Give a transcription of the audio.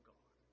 God